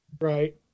right